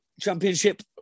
championship